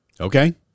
Okay